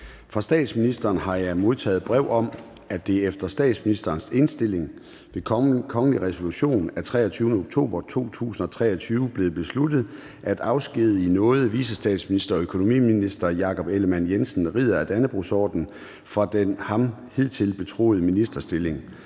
Fra statsministeren har jeg modtaget brev om, at det efter statsministerens indstilling ved kongelig resolution af 23. oktober 2023 blev besluttet at afskedige i nåde vicestatsminister og økonomiminister Jakob Ellemann-Jensen, ridder af Dannebrogordenen, fra den ham hidtil betroede ministerstilling,